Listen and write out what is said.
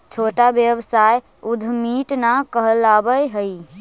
छोटा व्यवसाय उद्यमीट न कहलावऽ हई